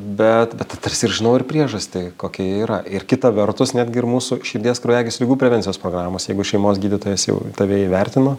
bet bet tarsi ir žinau ir priežastį kokia ji yra ir kita vertus netgi ir mūsų širdies kraujagyslių prevencijos programos jeigu šeimos gydytojas jau tave įvertino